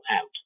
out